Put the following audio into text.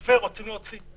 בהיחבא רוצים להוציא.